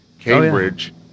Cambridge